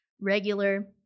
regular